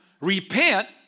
repent